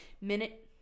minute